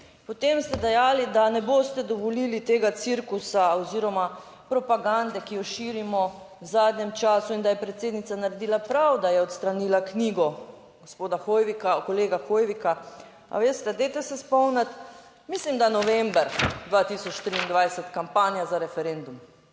Potem ste dejali, da ne boste dovolili tega cirkusa oziroma propagande, ki jo širimo v zadnjem času in da je predsednica naredila prav, da je odstranila knjigo gospoda Hoivika, kolega Hoivika. A veste, dajte se spomniti. Mislim, da november 2023, kampanja za referendum,